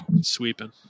Sweeping